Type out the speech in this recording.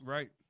Right